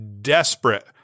Desperate